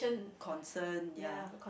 concern ya